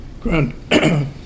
Grand